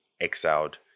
exiled